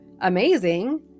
amazing